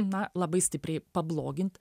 na labai stipriai pablogint